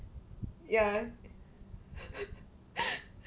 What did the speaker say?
ya